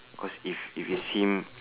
cause if you if you see him